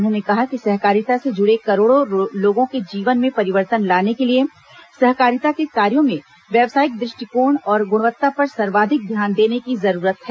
उन्होंने कहा कि सहकारिता से जुड़े करोड़ों लोगों के जीवन में परिवर्तन लाने के लिए सहकारिता के कार्यों में व्यवसायिक दृष्टिकोण और गुणवत्ता पर सर्वाधिक ध्यान देने की जरूरत है